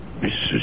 Mrs